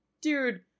dude